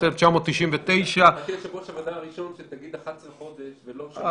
1999 --- אתה יושב-ראש הוועדה הראשון שתגיד "11 חודש" ולא "שנה",